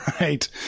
right